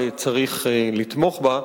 וצריך לתמוך בה.